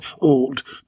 old